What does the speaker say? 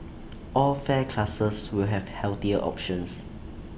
all fare classes will have healthier options